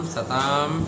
Satam